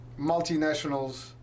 multinationals